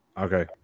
okay